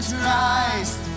Christ